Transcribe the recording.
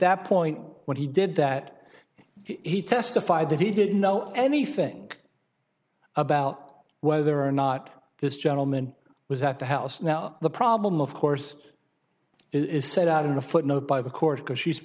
that point when he did that he testified that he didn't know anything about whether or not this gentleman was at the house now the problem of course is set out in a footnote by the court because she